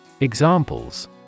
Examples